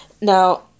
Now